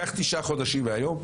קח תשעה חודשים מהיום,